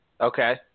Okay